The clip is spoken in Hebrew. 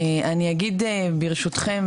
אני אגיד ברשותכם,